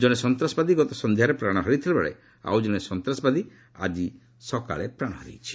ଜଣେ ସନ୍ତାସବାଦୀ ଗତ ସନ୍ଧ୍ୟାରେ ପ୍ରାଣ ହରାଇଥିବାବେଳେ ଆଉ ଜଣେ ସନ୍ତ୍ରାସବାଦୀର ଆଜି ସକାଳେ ମୃତ୍ୟୁ ହୋଇଛି